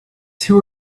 two